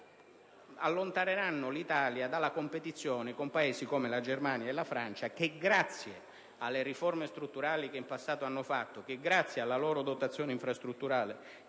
allontaneranno l'Italia dalla competizione con Paesi come la Germania e la Francia che, grazie alle riforme strutturali che in passato hanno fatto, alla loro dotazione infrastrutturale